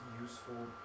useful